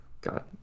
God